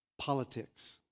Politics